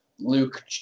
Luke